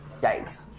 Yikes